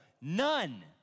None